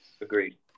Agreed